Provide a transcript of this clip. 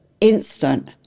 instant